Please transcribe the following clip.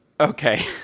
okay